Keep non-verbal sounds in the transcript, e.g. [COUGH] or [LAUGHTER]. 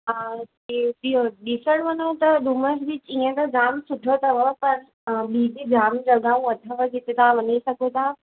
हा [UNINTELLIGIBLE] ॾिसण वञूं त डुमस बिच इअं त जाम सुठो अथव पर ॿियूं बि जाम जॻहियूं अथव जिते तव्हां वञी सघो था